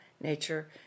nature